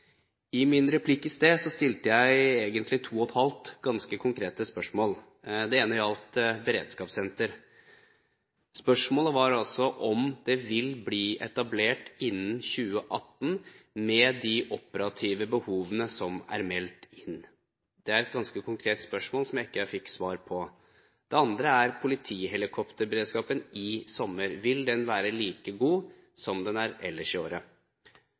I min replikk i sted stilte jeg egentlig to og et halvt ganske konkrete spørsmål. Det ene gjaldt beredskapssenter. Spørsmålet var om det vil bli etablert innen 2018, med de operative behovene som er meldt inn. Det er et ganske konkret spørsmål som jeg ikke fikk svar på. Det andre gjelder politihelikopterberedskapen i sommer. Vil den være like god som den er ellers i året?